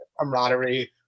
Camaraderie